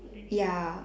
ya